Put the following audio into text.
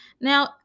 Now